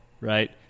Right